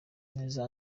neza